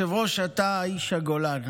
היושב-ראש, אתה איש הגולן,